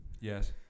Yes